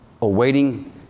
awaiting